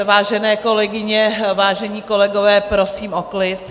Vážené kolegyně, vážení kolegové, prosím o klid.